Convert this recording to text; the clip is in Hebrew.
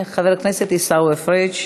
חבר הכנסת עיסאווי פריג'.